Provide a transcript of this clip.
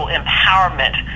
empowerment